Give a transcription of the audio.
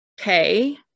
Okay